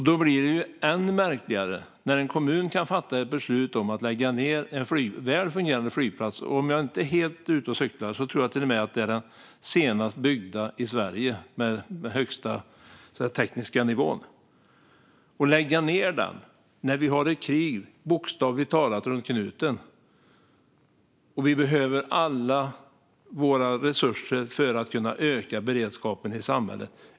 Då blir det än märkligare när en kommun kan fatta ett beslut om att lägga ned en väl fungerande flygplats. Om jag inte är helt ute och cyklar tror jag att det till och med är den senast byggda flygplatsen i Sverige och den som har den högsta tekniska nivån. Hur kan man lägga ned den när vi har ett krig bokstavligt talat runt knuten och när vi behöver alla våra resurser för att kunna öka beredskapen i samhället?